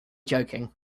joking